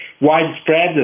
widespread